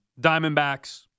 Diamondbacks